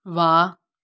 ਵਾਹ